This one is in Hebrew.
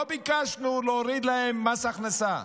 לא ביקשנו להוריד להם מס הכנסה,